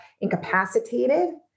incapacitated